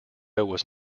was